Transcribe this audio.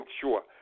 sure